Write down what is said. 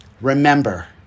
Remember